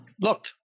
look